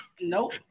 Nope